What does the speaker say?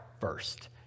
first